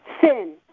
sin